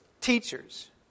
teachers